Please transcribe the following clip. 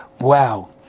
wow